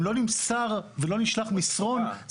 אם לא נמסר ולא נשלח מסרון,